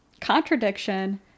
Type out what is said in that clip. Contradiction